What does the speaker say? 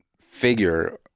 figure